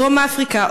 דרום-אפריקה,